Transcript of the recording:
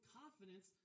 confidence